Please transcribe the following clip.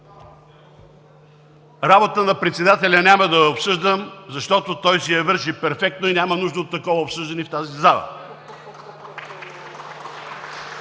Работата на председателя няма да я обсъждам, защото той си я върши перфектно и няма нужда от такова обсъждане в тази зала.